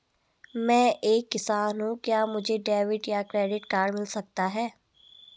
मैं एक किसान हूँ क्या मुझे डेबिट या क्रेडिट कार्ड मिल सकता है?